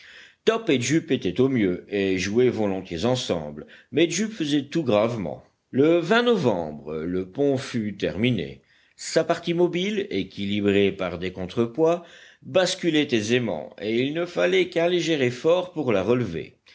top et jup étaient au mieux et jouaient volontiers ensemble mais jup faisait tout gravement le novembre le pont fut terminé sa partie mobile équilibrée par des contre-poids basculait aisément et il ne fallait qu'un léger effort pour la relever